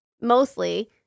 mostly